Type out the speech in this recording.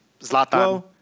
Zlatan